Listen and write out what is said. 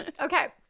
okay